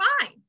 fine